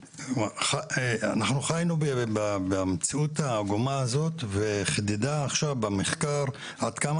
אנחנו חיינו במציאות העגומה הזאת וחידדה עכשיו במחקר עד כמה